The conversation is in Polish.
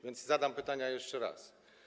Więc zadam pytania jeszcze raz.